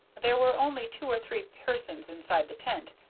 there were only two or three persons inside the tent,